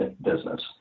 business